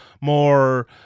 more